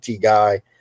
guy